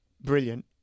brilliant